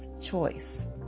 choice